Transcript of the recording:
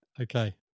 okay